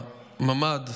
שהממ"ד,